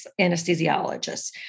Anesthesiologists